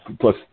plus